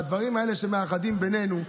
והדברים האלה שמאחדים בינינו,